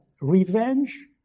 revenge